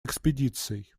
экспедицией